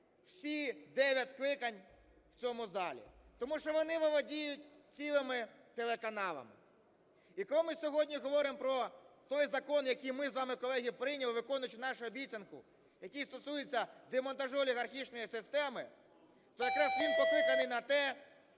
дев'ять скликань в цьому залі, тому що вони володіють цілими телеканалами. І коли ми сьогодні говоримо про той закон, який ми з вами, колеги, прийняли, виконуючи нашу обіцянку, який стосується демонтажу олігархічної системи, то якраз він покликаний на те,